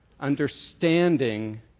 understanding